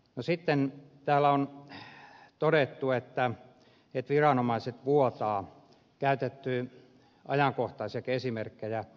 sitten täällä on todettu että viranomaiset vuotavat on käytetty ajankohtaisiakin esimerkkejä